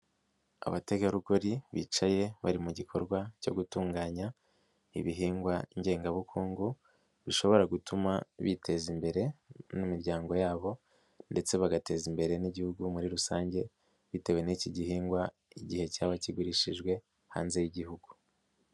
Abategarugori bicaye bari mu gikorwa cyo gutunganya ibihingwa ngengabukungu bishobora gutuma biteza imbere n'imiryango yabo ndetse bagateza imbere n'Igihugu muri rusange bitewe n'iki gihingwa igihe cyaba kigurishijwe hanze y'Igihugu.